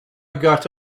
got